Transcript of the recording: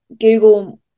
Google